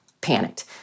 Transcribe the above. panicked